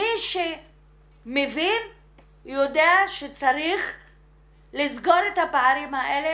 מי שמבין יודע שצריך לסגור את הפערים האלה